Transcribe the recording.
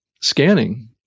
scanning